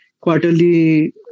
quarterly